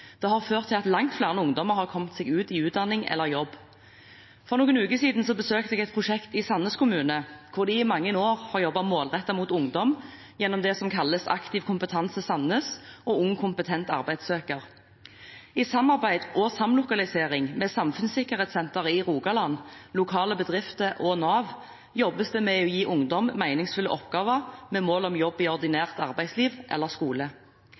Den har ført til at langt flere ungdommer har kommet seg ut i utdanning eller jobb. For noen uker siden besøkte jeg et prosjekt i Sandnes kommune, hvor de i mange år har jobbet målrettet mot ungdom gjennom det som kalles Aktiv kompetansebygging Sandnes og Ung Kompetent Arbeidssøker. I samarbeid og samlokalisering med Samfunnssikkerhetssenteret i Rogaland, lokale bedrifter og Nav jobbes det med å gi ungdom meningsfulle oppgaver med mål om jobb i ordinært arbeidsliv eller skole.